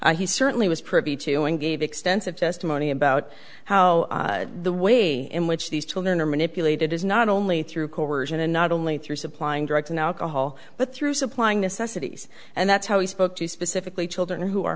point he certainly was privy to and gave extensive testimony about how the way in which these children are manipulated is not only through coercion and not only through supplying drugs and alcohol but through supplying necessities and that's how he spoke to specifically children who are